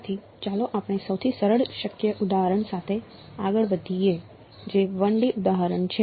તેથી ચાલો આપણે સૌથી સરળ શક્ય ઉદાહરણ સાથે આગળ વધીએ જે 1 D ઉદાહરણ છે